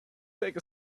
take